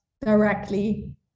directly